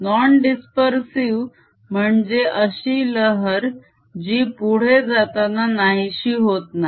non dispersive म्हणजे अशी लहर जी पुढे जाताना नाहीशी होत नाही